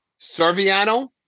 Serviano